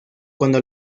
cuando